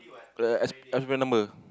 uh ex~ expire number